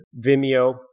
Vimeo